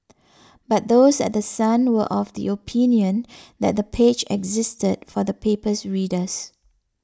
but those at The Sun were of the opinion that the page existed for the paper's readers